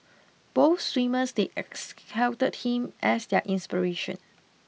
both swimmers they exalted him as their inspiration